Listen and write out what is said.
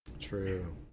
true